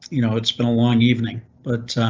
you know, it's been a long evening, but